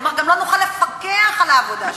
כלומר גם לא נוכל לפקח על העבודה שלה.